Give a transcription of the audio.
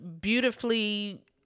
beautifully